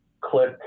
click